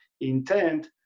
intent